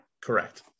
Correct